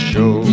Show